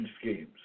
schemes